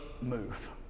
move